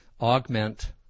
augment